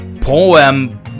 poem